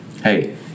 hey